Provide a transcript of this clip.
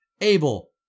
Abel